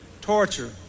torture